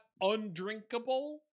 undrinkable